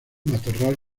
matorral